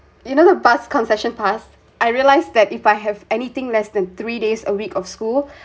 you know the bus concession pass I realised that if I have anything less than three days a week of school